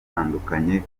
batandukanye